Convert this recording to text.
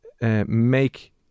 make